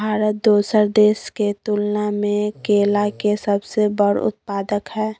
भारत दोसर देश के तुलना में केला के सबसे बड़ उत्पादक हय